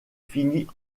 finit